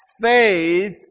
faith